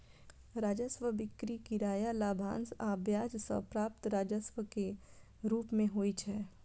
राजस्व बिक्री, किराया, लाभांश आ ब्याज सं प्राप्त राजस्व के रूप मे होइ छै